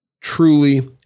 truly